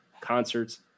concerts